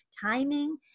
timing